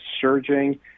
surging